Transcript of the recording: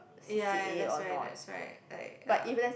ya ya that's right that's right like uh